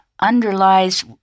underlies